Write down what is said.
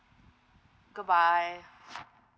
good bye